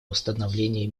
установления